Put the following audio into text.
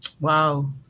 Wow